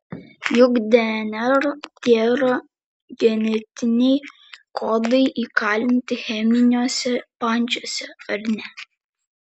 juk dnr tėra genetiniai kodai įkalinti cheminiuose pančiuose ar ne